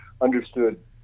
understood